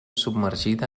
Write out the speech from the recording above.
submergida